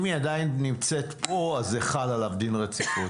אם היא עדיין נמצאת פה חל עליו דין רציפות.